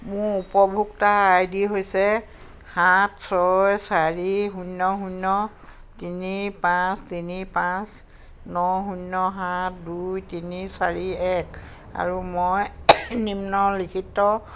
মোৰ উপভোক্তা I D হৈছে সাত ছয় চাৰি শূন্য শূন্য তিনি পাঁচ তিনি পাঁচ ন শূন্য সাত দুই তিনি চাৰি এক আৰু মই নিম্নলিখিত